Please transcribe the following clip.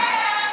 שקל לעצמאים,